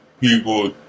people